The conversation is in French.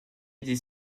des